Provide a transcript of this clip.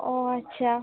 ও আচ্ছা